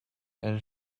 and